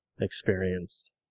experienced